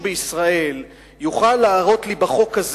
אני רוצה לומר לך שאם מישהו בישראל יוכל להראות לי בחוק הזה,